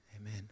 Amen